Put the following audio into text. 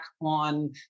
on